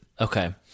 Okay